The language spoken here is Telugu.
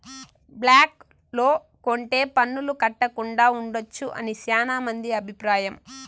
బ్లాక్ లో కొంటె పన్నులు కట్టకుండా ఉండొచ్చు అని శ్యానా మంది అభిప్రాయం